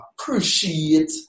appreciate